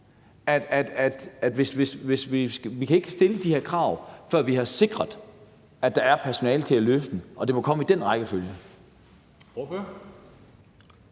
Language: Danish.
vi ikke kan stille de her krav, før vi har sikret, at der er personale til at løfte det, og at det må komme i den rækkefølge?